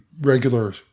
regular